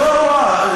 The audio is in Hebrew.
זה הרעיון,